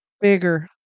bigger